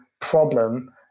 problem